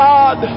God